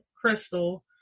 Crystal